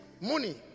money